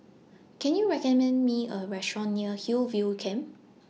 Can YOU recommend Me A Restaurant near Hillview Camp